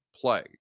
play